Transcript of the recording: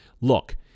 Look